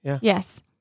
Yes